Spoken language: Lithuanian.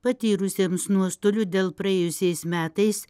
patyrusiems nuostolių dėl praėjusiais metais